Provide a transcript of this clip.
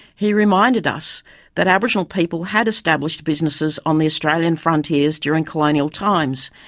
he reminded us that aboriginal people had established businesses on the australian frontiers during colonial times,